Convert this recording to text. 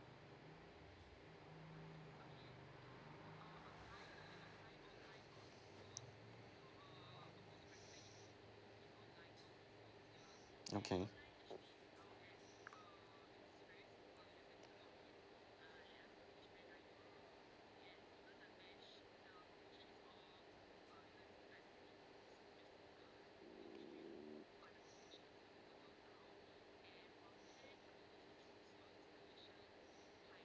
okay